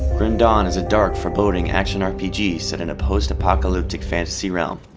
grim dawn is a dark, foreboding action rpg set in a post-apocalyptic fantasy realm.